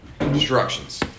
instructions